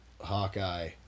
Hawkeye